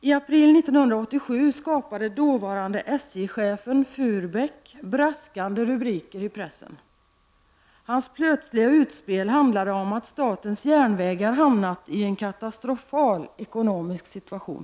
I april 1987 skapade dåvarande SJ-chefen Furbäck braskande rubriker i pressen. Hans plötsliga utspel handlade om att statens järnvägar hamnat i en katastrofal ekonomisk situation.